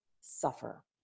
suffer